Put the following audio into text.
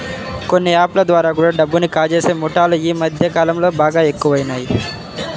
కొన్ని యాప్ ల ద్వారా కూడా డబ్బుని కాజేసే ముఠాలు యీ మద్దె కాలంలో బాగా ఎక్కువయినియ్